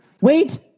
Wait